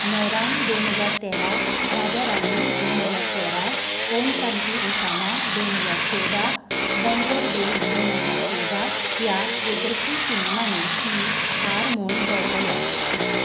नेराम दोन हाजार तेरा राजा राणी दोन हजार तेरा ओम शांती ओशाना दोन हजार चोवदा बेंगलोर डेज दोन हजार चोवदा ह्या येशस्वी सिनेमांनी ती स्टार म्हूण झळकल्या